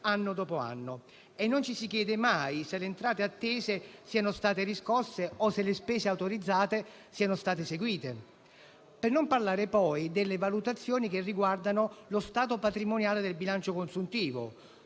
anno dopo anno. Non ci si chiede mai se le entrate attese siano state riscosse o se le spese autorizzate siano state eseguite. Per non parlare, poi, delle valutazioni che riguardano lo stato patrimoniale del bilancio consuntivo,